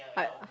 I